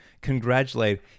Congratulate